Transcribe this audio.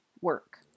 work